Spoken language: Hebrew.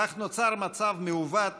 כך נוצר מצב מעוות